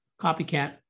copycat